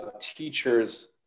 teachers